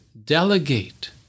delegate